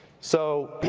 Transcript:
so,